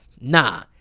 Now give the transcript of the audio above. nah